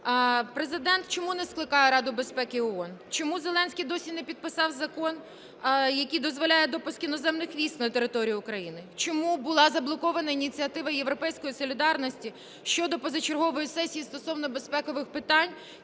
Президент чому не скликає Раду безпеки ООН? Чому Зеленський досі не підписав закон, який дозволяє допуск іноземних військ на територію України, чому була заблокована ініціатива "Європейської солідарності" щодо позачергової сесії стосовно безпекових питань